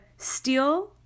steal